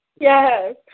Yes